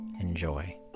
Enjoy